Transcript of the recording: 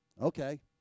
Okay